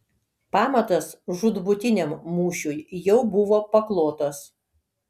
pamatas žūtbūtiniam mūšiui jau buvo paklotas